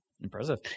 Impressive